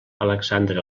alexandre